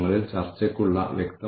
അത് എഴുതിയത് കപ്ലാനും നോർട്ടനും ആണ്